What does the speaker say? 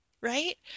right